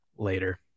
Later